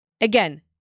again